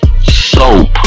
soap